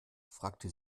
fragte